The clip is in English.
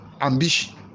ambition